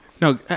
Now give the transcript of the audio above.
No